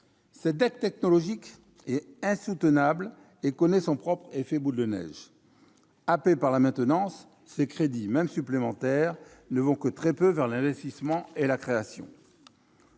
Cette dette technologique est insoutenable et provoque son propre effet boule de neige : happés par la maintenance, ces crédits, mêmes supplémentaires, ne vont que très peu vers l'investissement et la création.